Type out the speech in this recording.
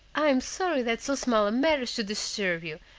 i am sorry that so small a matter should disturb you,